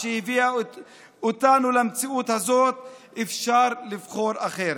שהביאה אותנו למציאות הזאת אפשר לבחור אחרת.